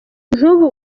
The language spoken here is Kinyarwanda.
nk’ubu